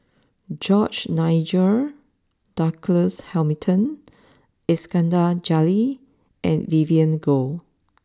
George Nigel Douglas Hamilton Iskandar Jalil and Vivien Goh